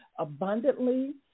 abundantly